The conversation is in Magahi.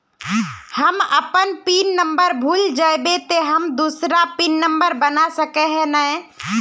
हम अपन पिन नंबर भूल जयबे ते हम दूसरा पिन नंबर बना सके है नय?